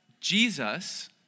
Jesus